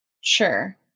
Sure